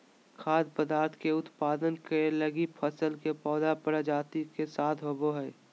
खाद्य पदार्थ के उत्पादन करैय लगी फसल के पौधा प्रजाति के साथ होबो हइ